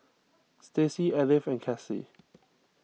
Stacey Edythe and Classie